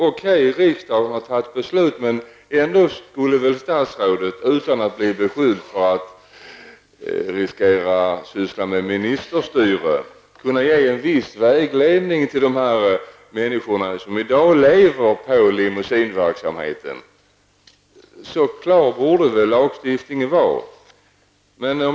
Riksdagen har visserligen fattat beslut, men statsrådet skulle väl ändå, utan att bli beskylld för att syssla med ministerstyre, kunna ge en viss vägledning till de människor som i dag lever på limousinverksamhet; så klar borde väl lagstiftningen vara.